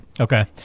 Okay